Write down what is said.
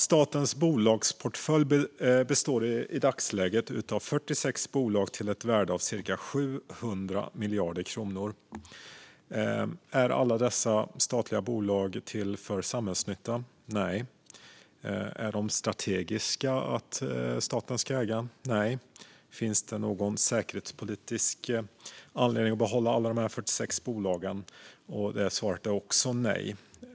Statens bolagsportfölj består i dagsläget av 46 bolag till ett värde av cirka 700 miljarder kronor. Är alla dessa statliga bolag till för samhällsnyttan? Nej. Är de strategiska för staten att äga? Nej. Finns det någon säkerhetspolitisk anledning att behålla alla dessa 46 bolag? Svaret på det är också nej.